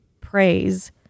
praise